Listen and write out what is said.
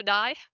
die